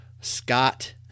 scott